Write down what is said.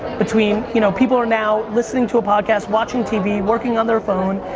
between, you know people are now listening to a podcast, watching tv, working on their phone,